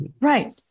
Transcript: Right